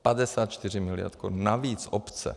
54 mld. korun navíc obce.